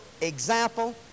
example